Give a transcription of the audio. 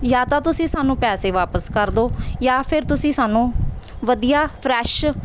ਜਾਂ ਤਾਂ ਤੁਸੀਂ ਸਾਨੂੰ ਪੈਸੇ ਵਾਪਸ ਕਰ ਦਿਓ ਜਾਂ ਫਿਰ ਤੁਸੀਂ ਸਾਨੂੰ ਵਧੀਆ ਫਰੈਸ਼